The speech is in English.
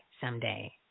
someday